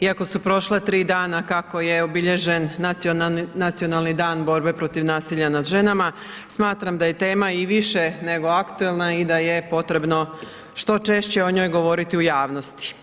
Iako su prošla tri dana kako je obilježen Nacionalni dan borbe protiv nasilja nad ženama smatram da je tema i više nego aktualna i da je potrebno što češće o njoj govoriti u javnosti.